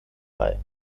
bei